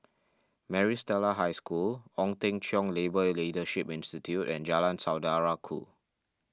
Maris Stella High School Ong Teng Cheong Labour Leadership Institute and Jalan Saudara Ku